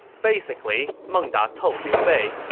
basically, meng da told liu bei,